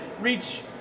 reach